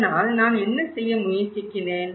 அதனால் நான் செய்ய முயற்சிக்கிறேன்